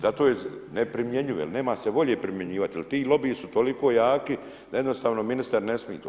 Zato je neprimjenjive, jer nema se volje primjenjivati, jer ti lobiji su toliko jaki, da jednostavno ministar ne smije to.